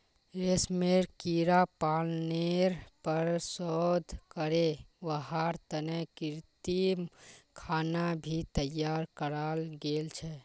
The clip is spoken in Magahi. रेशमेर कीड़ा पालनेर पर शोध करे वहार तने कृत्रिम खाना भी तैयार कराल गेल छे